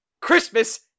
Christmas